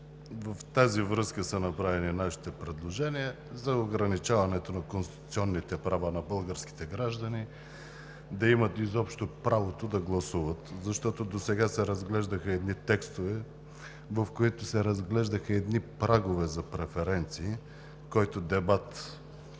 В тази връзка са направени нашите предложения – за ограничаването на конституционните права на българските граждани да имат изобщо правото да гласуват. Досега се разглеждаха текстове, в които се разглеждаха едни прагове за преференции, който дебат